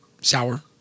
sour